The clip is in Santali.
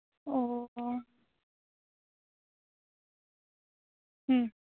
ᱚ